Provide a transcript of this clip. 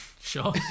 Sure